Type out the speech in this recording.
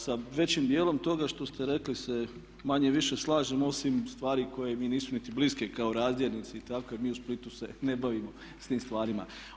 Sa većim dijelom toga što ste rekli se manje-više slažem, osim stvari koje mi nisu niti bliske kao razdjelnici i tako kad mi u Splitu se ne bavimo s tim stvarima.